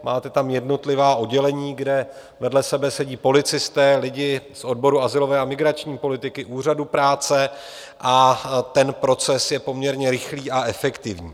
Máme tam jednotlivá oddělení, kde vedle sebe sedí policisté, lidi z odboru azylové a migrační politiky, úřadu práce a ten proces je poměrně rychlý a efektivní.